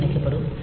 D அணைக்கப்படும்